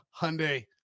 Hyundai